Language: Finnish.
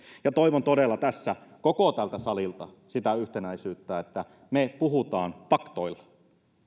ja toivon todella tässä koko tältä salilta sitä yhtenäisyyttä että me puhumme faktoilla